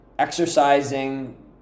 exercising